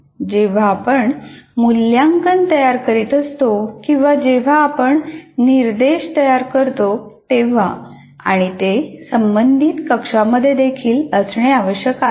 जेव्हा आपण मूल्यांकन तयार करीत असतो किंवा जेव्हा आपण निर्देश तयार करतो तेव्हा आणि ते संबंधित कक्षामध्ये देखील असणे आवश्यक आहे